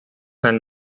and